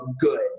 good